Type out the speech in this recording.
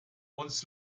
uns